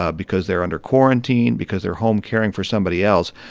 ah because they're under quarantine, because they're home caring for somebody else.